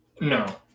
No